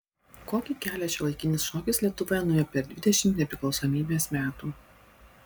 kokį kelią šiuolaikinis šokis lietuvoje nuėjo per dvidešimt nepriklausomybės metų